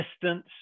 distance